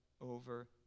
over